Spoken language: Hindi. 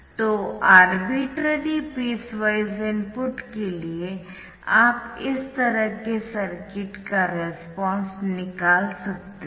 तो अरबिट्ररी पीसवाइज इनपुट के लिए आप इस तरह के सर्किट का रेस्पॉन्स निकाल सकते है